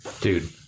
Dude